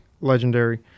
legendary